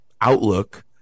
outlook